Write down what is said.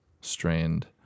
strained